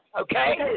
Okay